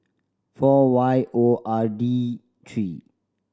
four Y O R D three